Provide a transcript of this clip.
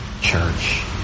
church